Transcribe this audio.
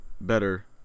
better